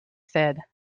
said